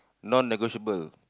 non negotiable